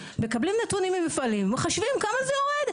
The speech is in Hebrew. מקבלים נתונים ממפעלים ומחשבים כמה זה יורד,